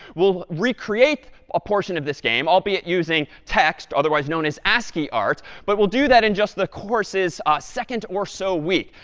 we'll recreate a portion of this game, albeit using text otherwise known as ascii art but we'll do that in just the course's second or so week.